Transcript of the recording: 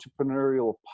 entrepreneurial